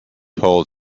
hold